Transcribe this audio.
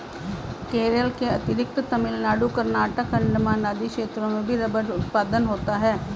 केरल के अतिरिक्त तमिलनाडु, कर्नाटक, अण्डमान आदि क्षेत्रों में भी रबर उत्पादन होता है